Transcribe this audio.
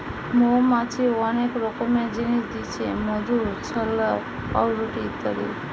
মৌমাছি অনেক রকমের জিনিস দিচ্ছে মধু, চাল্লাহ, পাউরুটি ইত্যাদি